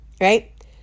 right